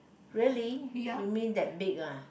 really you mean that big uh